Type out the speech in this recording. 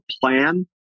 plan